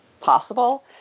possible